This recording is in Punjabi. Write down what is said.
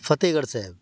ਫਤਿਹਗੜ੍ਹ ਸਾਹਿਬ